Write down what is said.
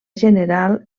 general